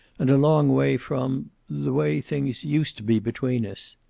and a long way from the way things used to be between us.